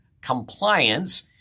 compliance